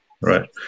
Right